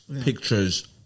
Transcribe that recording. pictures